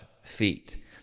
feet